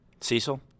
Cecil